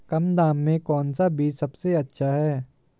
कम दाम में कौन सा बीज सबसे अच्छा है?